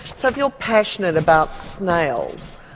so if you're passionate about snails,